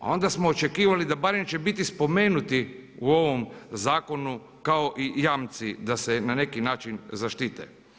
A onda smo očekivali da barem će biti spomenuti u ovom zakonu kao jamci da se na neki način zaštite.